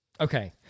okay